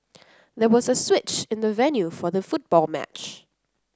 there was a switch in the venue for the football match